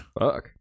Fuck